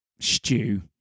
stew